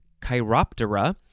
Chiroptera